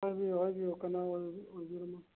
ꯍꯥꯏꯕꯤꯌꯨ ꯍꯥꯏꯕꯤꯌꯨ ꯀꯅꯥ ꯑꯣꯏꯕꯤꯔꯃꯣ